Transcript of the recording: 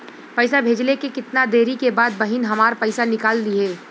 पैसा भेजले के कितना देरी के बाद बहिन हमार पैसा निकाल लिहे?